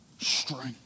Strength